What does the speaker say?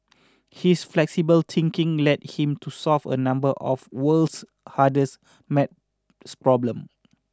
his flexible thinking led him to solve a number of world's hardest math problem